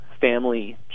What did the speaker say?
family